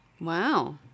Wow